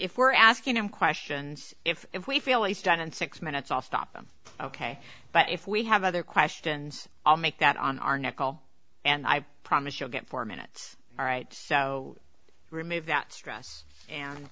if we're asking him questions if if we feel he's done in six minutes off stop i'm ok but if we have other questions i'll make that on our nickel and i promise you'll get four minutes all right so remove that stress and